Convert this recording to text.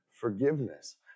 forgiveness